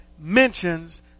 mentions